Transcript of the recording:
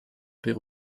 paix